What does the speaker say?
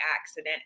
accident